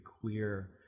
clear